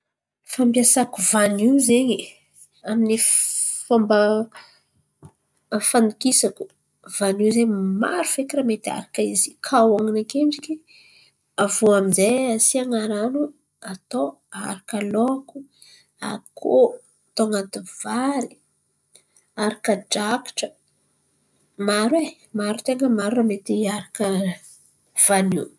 Fomba fampiasako vanio zen̈y amin’ny fomba amin’ny fandokisako. Vanio ze maro feky raha mety aharaka izy kahoan̈ana akendriky, aviô aminjay asian̈a ran̈o atô aharaka loko, akoho, atô an̈aty vary. Aharaka drakatra maro tain̈a maro raha mety aharaka vanio.